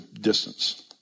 distance